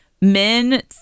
men